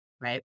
right